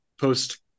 post